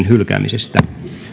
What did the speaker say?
hylkäämisestä